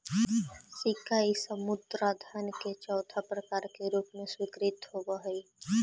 सिक्का इ सब मुद्रा धन के चौथा प्रकार के रूप में स्वीकृत होवऽ हई